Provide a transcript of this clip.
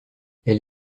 elle